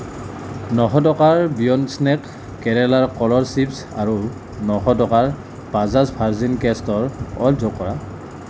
নশ টকাৰ beyond snack কেৰেলাৰ কলৰ চিপ্ছ আৰু নশ টকাৰ বাজাজ ভাৰ্জিন কেষ্টৰ অইল যোগ কৰা